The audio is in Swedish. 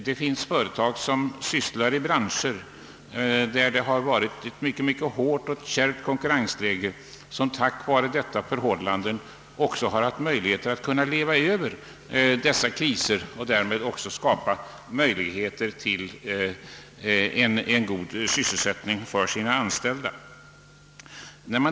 Det finns företag som arbetar i branscher med mycket hårt och kärvt konkurrensläge och som tack vare detta förhållande haft möjlighet att överleva uppkomna kriser och ge sina anställda god sysselsättning.